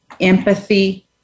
empathy